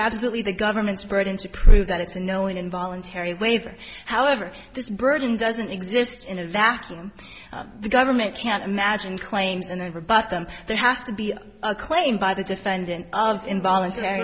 absolutely the government's burden to prove that it's snowing in voluntary waiver however this burden doesn't exist in a vacuum the government can't imagine claims and then rebut them there has to be a claim by the defendant of involuntary